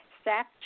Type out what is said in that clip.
Staff